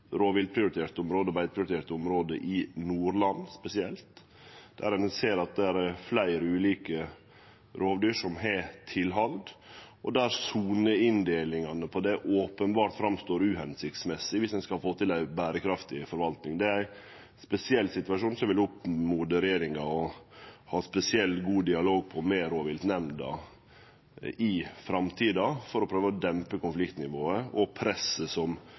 område og beiteprioriterte område i Nordland, der ein ser at det er fleire ulike rovdyr som har tilhald, og der soneinndelingane openbert er uhensiktsmessige viss ein skal få til ei berekraftig forvalting. Det er ein spesiell situasjon, så eg vil oppmode regjeringa til å ha spesielt god dialog med rovviltnemnda der i framtida, for å prøve å dempe konfliktnivået og presset som